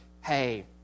Hey